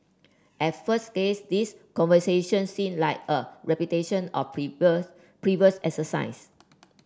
at first glance these conversations seem like a repetition of previous previous exercise